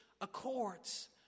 accords